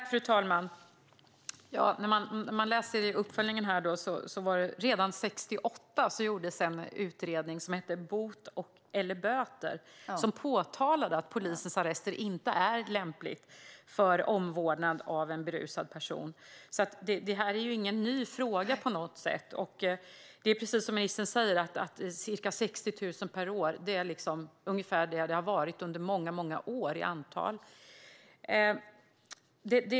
Fru talman! Jag läser i uppföljningen att det redan 1968 gjordes en utredning som hette Bot eller böter och som påtalade att polisens arrest inte är ett lämpligt ställe för omvårdnad av en berusad person. Detta är alltså ingen ny fråga på något sätt. Precis som ministern säger är det ungefär 60 000 fall per år, och det har det varit under många år.